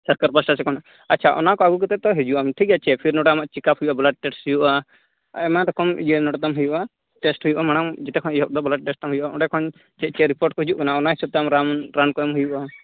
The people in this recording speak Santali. ᱥᱚᱨᱠᱟᱨ ᱯᱟᱦᱟᱴᱟᱥᱮᱫ ᱠᱷᱚᱱᱟᱜ ᱟᱪᱪᱷᱟ ᱚᱱᱟ ᱠᱚ ᱟᱹᱜᱩ ᱠᱟᱛᱮᱫ ᱛᱚ ᱦᱤᱡᱩᱜ ᱟᱢ ᱴᱷᱤᱠᱜᱮᱭᱟ ᱥᱮ ᱯᱷᱤᱨ ᱱᱚᱸᱰᱮ ᱟᱢᱟᱜ ᱪᱮᱠᱟᱯ ᱦᱩᱭᱩᱜᱼᱟ ᱵᱞᱟᱴ ᱴᱮᱥᱴ ᱦᱩᱭᱩᱜᱼᱟ ᱟᱭᱢᱟ ᱨᱚᱠᱚᱢ ᱤᱭᱟᱹ ᱱᱚᱸᱰᱮ ᱛᱟᱢ ᱦᱩᱭᱩᱜᱼᱟ ᱴᱮᱥᱴ ᱦᱩᱭᱩᱜᱼᱟ ᱢᱟᱲᱟᱝ ᱡᱮᱴᱟ ᱠᱷᱚᱱ ᱮᱦᱚᱵᱫᱚ ᱵᱞᱟᱴ ᱴᱮᱥᱴ ᱛᱟᱢ ᱦᱩᱭᱩᱜᱼᱟ ᱚᱸᱰᱮ ᱠᱷᱚᱱ ᱪᱮᱫ ᱪᱮᱫ ᱨᱤᱯᱳᱴ ᱠᱚ ᱦᱩᱡᱩᱜ ᱠᱟᱱᱟ ᱚᱱᱟ ᱦᱤᱥᱟᱹᱵᱛᱮ ᱟᱢ ᱨᱟᱱ ᱨᱟᱱ ᱠᱚ ᱮᱢ ᱦᱩᱭᱩᱜᱼᱟ